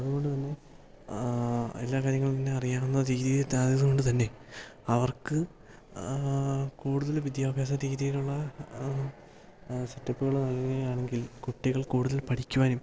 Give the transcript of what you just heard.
അതുകൊണ്ടുതന്നെ എല്ലാ കാര്യങ്ങളും തന്നെ അറിയാവുന്ന രീതിയിലായതുകൊണ്ട് തന്നെ അവർക്ക് കൂടുതൽ വിദ്യാഭ്യാസ രീതിയിലുള്ള സെറ്റപ്പുകള് നൽകുകയാണെങ്കിൽ കുട്ടികൾ കൂടുതൽ പഠിക്കുവാനും